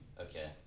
Okay